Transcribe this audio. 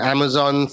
Amazon